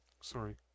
Sorry